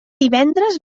divendres